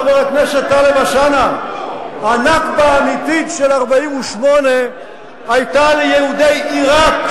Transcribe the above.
חבר הכנסת טלב אלסאנע: ה"נכבה" האמיתית של 1948 היתה ליהודי עירק,